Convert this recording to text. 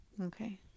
okay